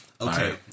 Okay